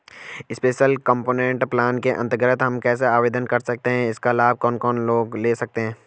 Special component plan के अन्तर्गत हम कैसे आवेदन कर सकते हैं इसका लाभ कौन कौन लोग ले सकते हैं?